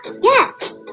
Yes